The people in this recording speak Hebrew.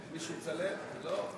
מצביעה חיים ילין, מצביע איתן כבל,